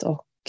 Och